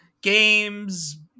games